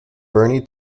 bernie